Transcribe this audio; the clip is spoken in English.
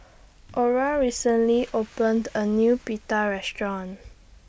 Ora recently opened A New Pita Restaurant